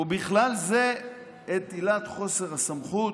ובכלל זה את עילת חוסר הסמכות.